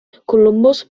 columbus